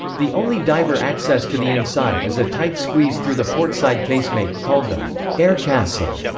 the only diver access to the inside is a tight squeeze through the port side casemate, called the aircastle.